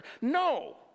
No